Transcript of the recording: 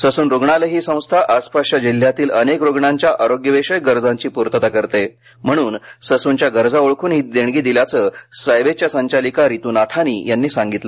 Sassoon रुग्णालय ही संस्था आसपासच्या जिल्ह्यातील अनेक रुग्णांच्या आरोग्यविषयक गरजांची पूर्तता करते म्हणून ससूनच्या गरजा ओळखून ही देणगी दिल्याचं सायबेजच्या संचालिका रित्र नाथानी यांनी सांगितलं